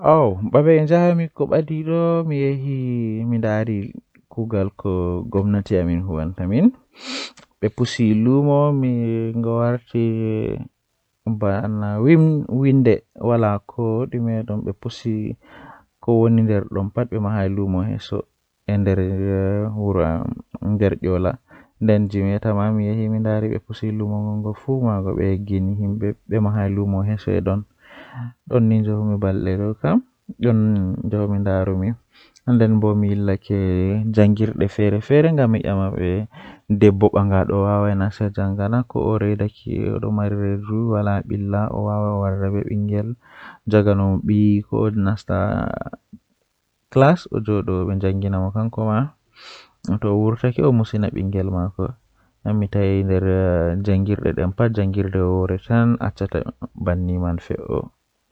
Nomi fuɗɗirta nyalanɗe welnde tomi ummi haa dow leso Ko woni so waɗde laawol ngol njogii waawugol e kaɗi sabuɗi, miɗo yiɗi saama e waɗde goɗɗum ngal. So mi waɗi nder toɓɓere mi ngoni yiɗde laawol, mi foti ndaarnde e ko nafa ngal